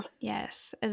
Yes